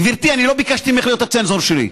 נו, גברתי, לא ביקשתי ממך להיות הצנזור שלי.